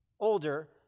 older